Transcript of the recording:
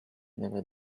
never